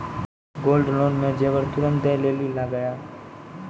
Gold loan मे जेबर तुरंत दै लेली लागेया?